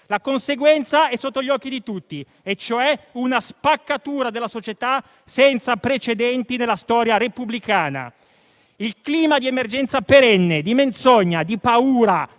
la conseguenza è sotto gli occhi di tutti e cioè una spaccatura della società senza precedenti nella storia repubblicana. Il clima di emergenza perenne, di menzogna, di paura